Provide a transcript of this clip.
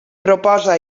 proposa